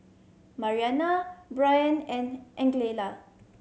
Mariana Bryant and Angella